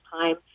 time